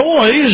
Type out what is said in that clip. Toys